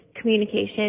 communication